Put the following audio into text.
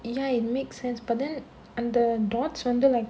ya it makes sense but then அந்த:andha dots வந்து:vandhu like